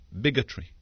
bigotry